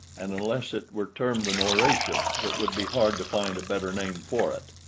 and unless it were termed an oration, it would be hard to find a better name for it.